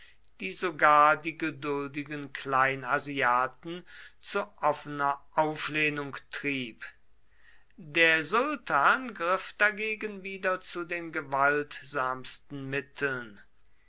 die sogar die geduldigen kleinasiaten zu offener auflehnung trieb der sultan griff dagegen wieder zu den gewaltsamsten mitteln